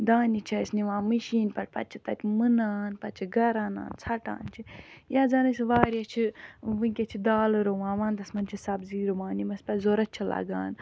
دانہِ چھِ أسۍ نِوان مِشیٖن پٮ۪ٹھ پَتہٕ چھِ تَتہِ مٕنان پَتہٕ چھِ گَرٕ اَنان ژَھٹان چھِ یَتھ زن أسۍ واریاہ چھِ ونکیٚس چھِ دالہٕ رُوان وَندس منٛز چھِ سَبزی رُوان یِم اَسہِ پَتہٕ ضرورت چھِ لگان